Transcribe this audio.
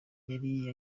yari